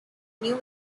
new